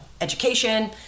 education